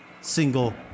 single